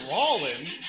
Rollins